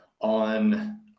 on